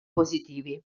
positivi